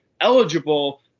eligible